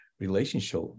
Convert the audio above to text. relationship